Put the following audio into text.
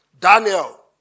Daniel